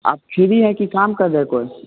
आप फ्री हैं कि काम कर रहे हैं कोई